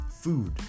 food